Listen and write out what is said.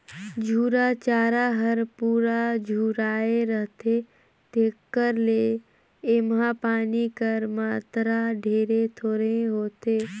झूरा चारा हर पूरा झुराए रहथे तेकर ले एम्हां पानी कर मातरा ढेरे थोरहें होथे